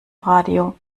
radio